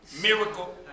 miracle